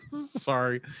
Sorry